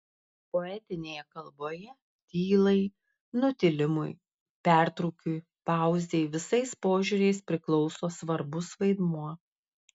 poetinėje kalboje tylai nutilimui pertrūkiui pauzei visais požiūriais priklauso svarbus vaidmuo